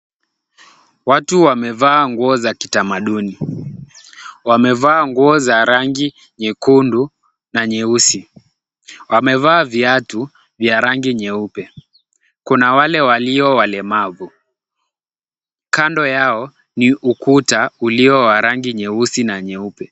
Watu wamevaa nguo za kitamaduni. Wamevaa nguo za rangi nyekundu na nyeusi. Wamevaa viatu vya rangi nyeupe. Kuna wale walio walemavu. Kando yao ni ukuta ulio wa rangi nyeusi na nyeupe.